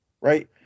right